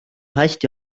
hästi